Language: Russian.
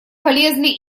полезли